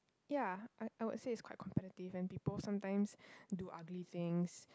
ya I I would say it's quite competitive and people sometimes do ugly things